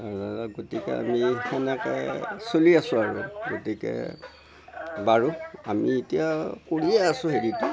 গতিকে আমি সেনেকৈ চলি আছো আৰু গতিকে বাৰু আমি এতিয়া কৰিয়ে আছো হেৰিটো